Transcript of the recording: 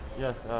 yes,